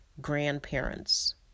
grandparents